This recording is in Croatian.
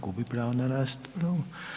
Gubi pravo na raspravu.